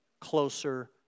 closer